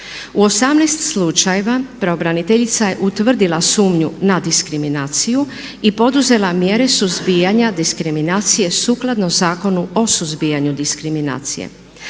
U 18 slučajeva pravobraniteljica je utvrdila sumnju na diskriminaciju i poduzela mjere suzbijanja diskriminacije sukladno Zakonu o suzbijanju diskriminacije.